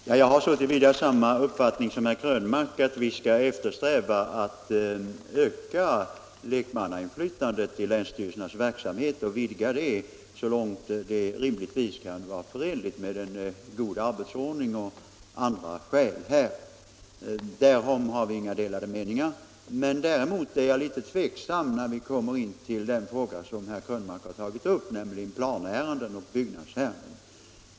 Herr talman! Jag har så till vida samma uppfattning som herr Krönmark att vi skall eftersträva att öka lekmannainflytandet i länsstyrelsernas verksamhet och vidga det så långt det rimligtvis kan vara förenligt med god arbetsordning och andra omständigheter. Däremot är jag litet tveksam när det gäller de frågor som herr Krönmark tagit upp, nämligen planoch byggnadsärenden.